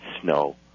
snow